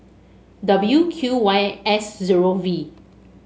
W Q Y S zero V